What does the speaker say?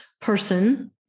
person